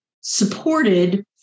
supported